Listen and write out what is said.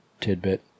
tidbit